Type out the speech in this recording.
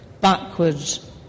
Backwards